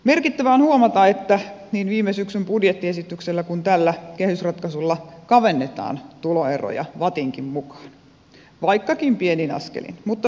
merkittävää on huomata että niin viime syksyn budjettiesityksellä kuin tällä kehysratkai sulla kavennetaan tuloeroja vattinkin mukaan vaikkakin pienin askelin mutta suunta on oi kea